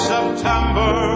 September